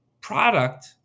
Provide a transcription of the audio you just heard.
product